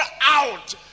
out